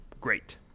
great